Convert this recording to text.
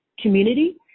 community